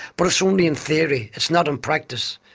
but it's only in theory, it's not in practice.